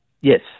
Yes